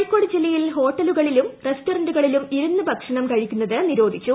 കോഴിക്കോട് ജില്ലയിൽ ഹോട്ട ലുകളിലും റസ്റ്റോറെന്റുകളിലും ഇരുന്ന് ഭക്ഷണം കഴിക്കുന്നത് നി രോധിച്ചു